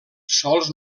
sòls